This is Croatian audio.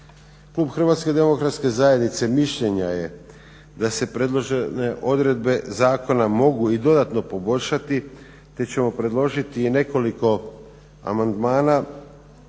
Klub HDZ-a mišljenja je da se predložene odredbe zakona mogu i dodano poboljšati te ćemo predložiti nekoliko amandmana.